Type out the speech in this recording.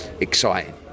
exciting